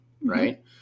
Right